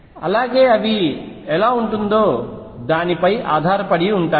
అలాగే అవి ఎలా ఉంటుందో దానిపై ఆధారపడి ఉంటాయి